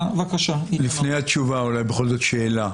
לפני התשובה, אולי בכל זאת שאלה.